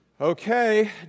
Okay